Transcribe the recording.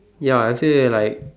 ya I would say like